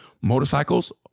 motorcycles